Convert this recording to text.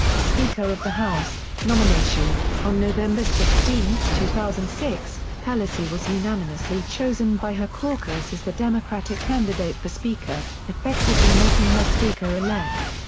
speaker of the house nomination on november sixteen, two thousand and six, pelosi was unanimously chosen by her caucus as the democratic candidate for speaker, effectively making her speaker-elect.